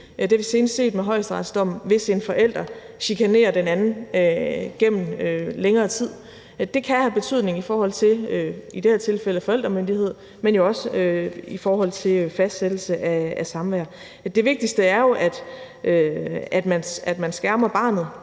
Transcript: det har vi senest set med højesteretsdommen – hvis den ene forælder chikanerer den anden gennem længere tid. Det kan have betydning i forhold til i det her tilfælde forældremyndighed, men jo også i forhold til fastsættelse af samvær. Det vigtigste er jo, at man skærmer barnet